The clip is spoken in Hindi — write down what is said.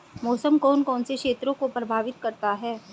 मौसम कौन कौन से क्षेत्रों को प्रभावित करता है?